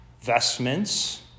vestments